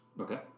Okay